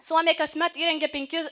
suomiai kasmet įrengia penkis